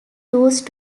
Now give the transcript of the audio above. used